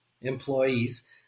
employees